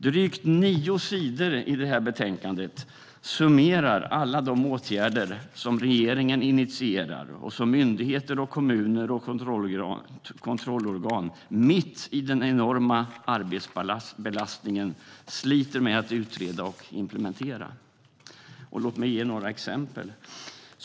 Drygt nio sidor i betänkandet summerar alla de åtgärder som regeringen initierar och som myndigheter, kommuner och kontrollorgan mitt i den enorma arbetsbelastningen sliter med att utreda och implementera. Låt mig ge några exempel.